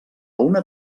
una